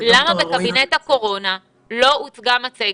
וד"ר אלרעי --- למה בקבינט הקורונה לא הוצגה מצגת?